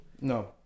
No